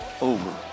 over